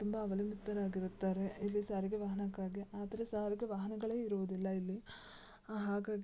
ತುಂಬ ಅವಲಂಬಿತರಾಗಿರುತ್ತಾರೆ ಇಲ್ಲಿ ಸಾರಿಗೆ ವಾಹನಕ್ಕಾಗಿ ಆದರೆ ಸಾರಿಗೆ ವಾಹನಗಳೇ ಇರುವುದಿಲ್ಲ ಇಲ್ಲಿ ಹಾಗಾಗಿ